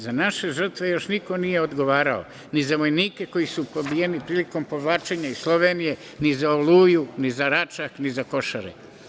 Za naše žrtve još niko nije odgovarao, ni za vojnike koji su pobijeni prilikom povlačenja iz Slovenije, ni za Oluju, ni za Račak, ni za Košare.